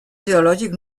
geològic